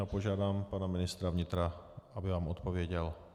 Požádám pana ministra vnitra, aby vám odpověděl.